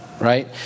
right